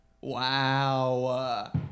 Wow